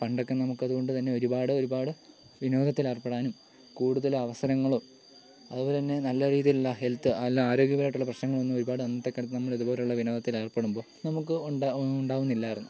പണ്ടൊക്കെ നമുക്ക് അതുകൊണ്ട് തന്നെ ഒരുപാട് ഒരുപാട് വിനോദത്തിൽ ഏർപ്പെടാനും കൂടുതൽ അവസരങ്ങളും അതുപോലെ തന്നെ നല്ല രീതിയിലുള്ള ഹെൽത്ത് നല്ല ആരോഗ്യപരമായിട്ടുള്ള പ്രശ്നങ്ങളൊന്നും ഒരുപാട് അന്നത്തെ കാലത്ത് നമ്മൾ ഇതുപോലുള്ള വിനോദത്തിൽ ഏർപ്പെടുമ്പോൾ നമുക്ക് ഉണ്ടാകു ഉണ്ടാകുന്നില്ലായിരുന്നു